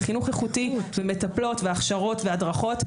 וחינוך איכותי של מטפלות והכשרות והדרכות,